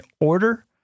order